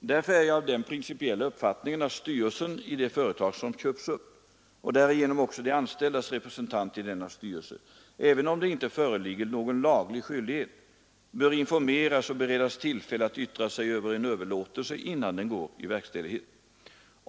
Därför är jag av den principiella uppfattningen att styrelsen i det företag som köps upp och därigenom också de anställdas representanter i denna styrelse — även om det inte föreligger någon laglig skyldighet — bör informeras och beredas tillfälle att yttra sig över en överlåtelse innan den går i verkställighet.